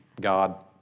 God